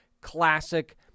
classic